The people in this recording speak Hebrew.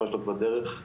כי